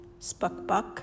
Spuckbuck